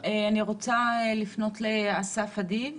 אני רוצה לפנות לאסף אדיב,